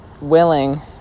willing